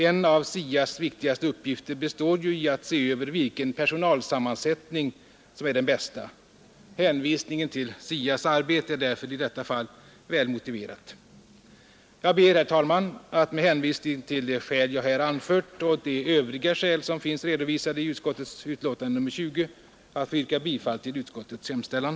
En av SIA:s viktigaste uppgifter är ju att undersöka vilken personalsammansättning som är den bästa. Hänvisningen till SIA :s arbete är därför i detta fall väl motiverad. Med hänvisning till de skäl jag här anfört och de övriga skäl som finns redovisade i utskottets betänkande nr 20 ber jag, herr talman, att få yrka bifall till utskottets hemställan.